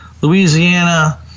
Louisiana